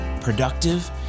productive